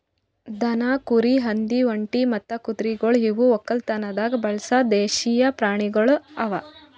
ದನ, ಕುರಿ, ಹಂದಿ, ಒಂಟಿ ಮತ್ತ ಕುದುರೆಗೊಳ್ ಇವು ಒಕ್ಕಲತನದಾಗ್ ಬಳಸ ದೇಶೀಯ ಪ್ರಾಣಿಗೊಳ್ ಅವಾ